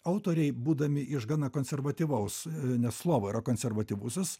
autoriai būdami iš gana konservatyvaus nes slova yra konservatyvusis